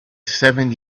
seven